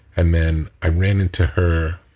and then i ran into her